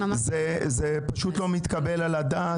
זה פשוט לא מתקבל על הדעת.